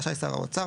רשאי שר האוצר,